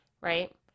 right